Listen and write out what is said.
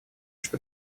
что